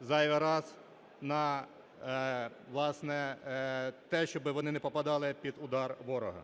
зайвий раз на, власне, те, щоб вони не попадали під удар ворога.